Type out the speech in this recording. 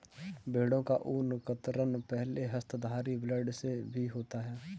भेड़ों का ऊन कतरन पहले हस्तधारी ब्लेड से भी होता है